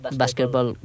basketball